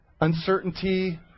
uncertainty